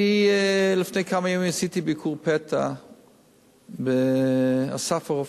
לפני כמה ימים עשיתי ביקור פתע ב"אסף הרופא"